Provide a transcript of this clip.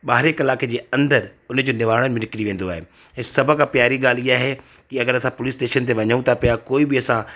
ॿारहें कलाक जे अंदरि उन जो निवारण निकिरी वेंदो आहे ऐं सभु खां प्यारी ॻाल्हि इहा आहे की अगरि असां पुलिस स्टेशन ते वञूं था पिया कोई बि असां